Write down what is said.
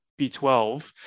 B12